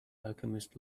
alchemist